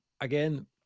again